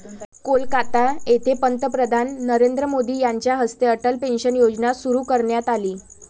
कोलकाता येथे पंतप्रधान नरेंद्र मोदी यांच्या हस्ते अटल पेन्शन योजना सुरू करण्यात आली